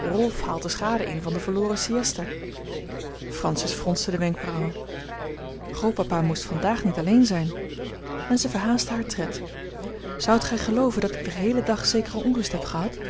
rolf haalt de schade in van de verloren siësta francis fronste de wenkbrauwen grootpapa moest vandaag niet alleen zijn en zij verhaastte haar tred zoudt gij gelooven dat ik den heelen dag zekere onrust heb gehad